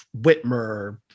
Whitmer